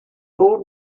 old